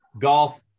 golf